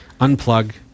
Unplug